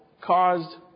caused